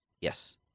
Yes